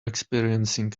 experiencing